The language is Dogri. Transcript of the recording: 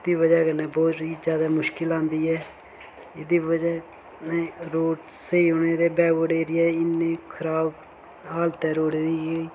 ओह्दी वजह कन्नै बहोत ही ज्यादा मुश्किल आंदी ऐ एह्दी वजह ने रोड़ स्हेई होने दे बैकवर्ड एरिया इन्नी खराब हालत ऐ रोड़ै दी कि